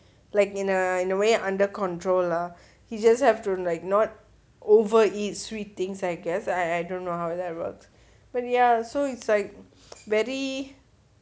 like in a in a way under control lah he just have to like not over eat sweet things I guess I I don't know how that work ya so it's like very